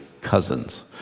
cousins